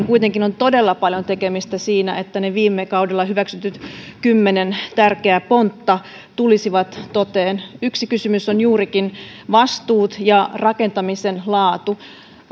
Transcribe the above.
kuitenkin on todella paljon tekemistä siinä että ne viime kaudella hyväksytyt kymmenen tärkeää pontta tulisivat toteen yksi kysymys on juurikin vastuut ja rakentamisen laatu